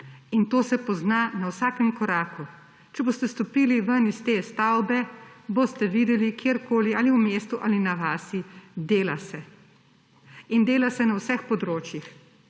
in to se pozna na vsakem koraku. Če boste stopili ven iz te stavbe, boste videli kjerkoli, ali v mestu ali na vasi, dela se. In dela se na vseh področjih.